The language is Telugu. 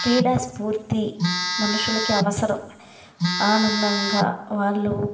క్రీడాస్ఫూర్తి మనుషులకి అవసరం ఆనందంగా వాళ్ళు